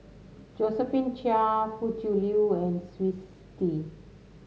Josephine Chia Foo Tui Liew and Twisstii